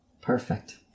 Perfect